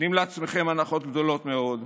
נותנים לעצמכם הנחות גדולות מאוד.